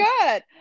good